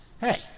Hey